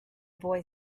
boy